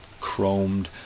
chromed